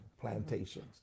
plantations